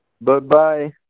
Bye-bye